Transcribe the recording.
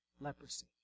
leprosy